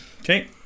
Okay